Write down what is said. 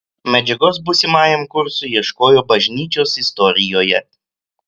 medžiagos būsimajam kursui ieškojo bažnyčios istorijoje